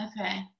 Okay